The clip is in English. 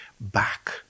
back